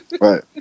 right